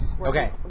okay